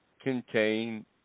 contain